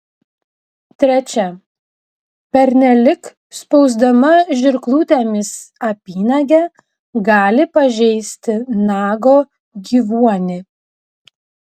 trečia pernelyg spausdama žirklutėmis apynagę gali pažeisti nago gyvuonį